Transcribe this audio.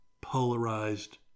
polarized